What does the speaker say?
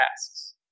tasks